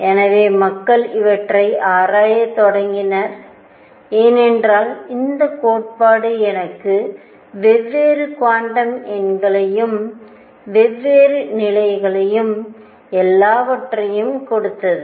எனவே மக்கள் இவற்றை ஆராய தொடங்கினர் ஏனென்றால் இந்த கோட்பாடு எனக்கு வெவ்வேறு குவாண்டம் எண்களையும் வெவ்வேறு நிலைகளையும் எல்லாவற்றையும் கொடுத்தது